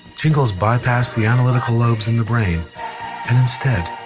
jingles bypass the analytical lobes in the brain and instead,